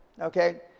okay